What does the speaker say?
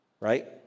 right